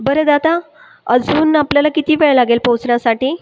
बरं दादा अजून आपल्याला किती वेळ लागेल पोहचण्यासाठी